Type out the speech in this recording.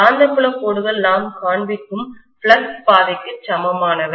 காந்தப்புலக் கோடுகள் நாம் காண்பிக்கும் ஃப்ளக்ஸ் பாதைக்கு சமமானவை